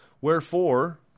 Wherefore